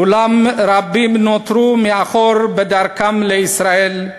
אולם רבים נותרו מאחור בדרכם לישראל,